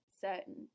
certain